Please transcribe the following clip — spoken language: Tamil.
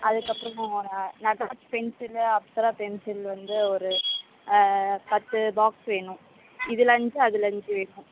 அதுக்கப்புறம் நட்ராஜ் பென்சிலு அப்சரா பென்சிலு வந்து ஒரு பத்து பாக்ஸ் வேணும் இதில் அஞ்சு அதில் அஞ்சு வேணும்